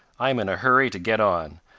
i am in a hurry to get on.